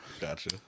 Gotcha